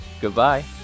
Goodbye